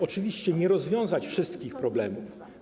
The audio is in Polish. Oczywiście nie rozwiąże on wszystkich problemów.